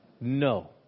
No